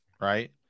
Right